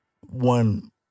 one